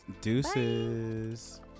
Deuces